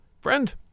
Friend